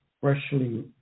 freshly